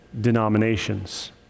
denominations